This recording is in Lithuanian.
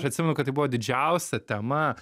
aš atsimenu kad tai buvo didžiausia tema